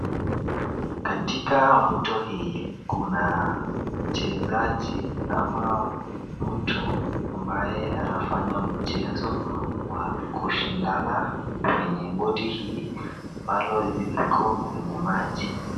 Katika mto hii kuna mchezaji ama mtu ambaye anafanya mchezo wa kushindana kwenye boti hii ambalo liko kwenye maji.